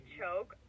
choke